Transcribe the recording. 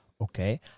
Okay